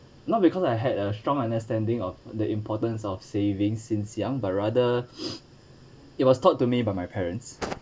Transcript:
not because I had a strong understanding of the importance of saving since young but rather it was told to me by my parents